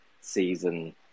season